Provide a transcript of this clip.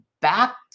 back